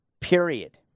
period